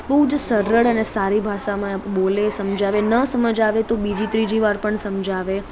બહુજ સરળ અને સારી ભાષામાં બોલે સમજાવે ન સમજ આવે તો બીજી ત્રીજી વાર પણ સમજાવે